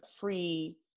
free